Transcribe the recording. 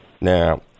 now